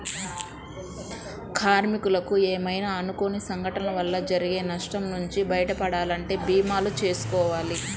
కార్మికులకు ఏమైనా అనుకోని సంఘటనల వల్ల జరిగే నష్టం నుంచి బయటపడాలంటే భీమాలు చేసుకోవాలి